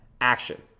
action